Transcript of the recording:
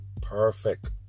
perfect